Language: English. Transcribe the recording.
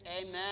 Amen